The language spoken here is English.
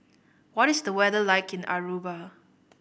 what is the weather like in Aruba